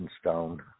stone